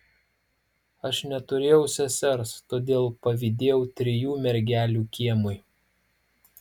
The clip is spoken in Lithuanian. aš neturėjau sesers todėl pavydėjau trijų mergelių kiemui